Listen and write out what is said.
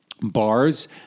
bars